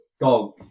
dog